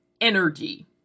energy